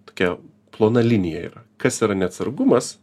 tokia plona linija yra kas yra neatsargumas